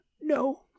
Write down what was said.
No